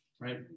right